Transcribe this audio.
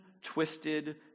twisted